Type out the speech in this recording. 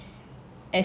okay